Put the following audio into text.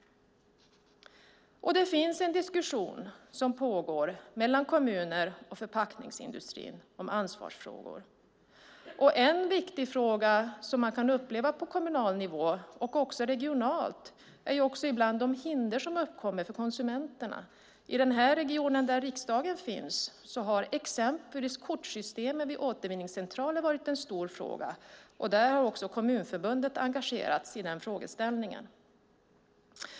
Det pågår en diskussion om ansvarsfrågor mellan kommuner och förpackningsindustri. En viktig fråga som man kan uppleva på kommunal nivå, och även regionalt, gäller de hinder som ibland uppkommer för konsumenterna. I den region där riksdagen finns har exempelvis kortsystem vid återvinningscentraler varit en stor fråga, och även Kommunförbundet har engagerats i frågan.